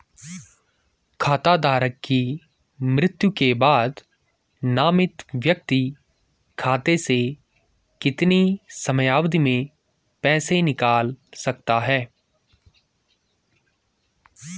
खाता धारक की मृत्यु के बाद नामित व्यक्ति खाते से कितने समयावधि में पैसे निकाल सकता है?